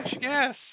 Yes